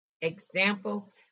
Example